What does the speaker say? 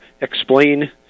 explain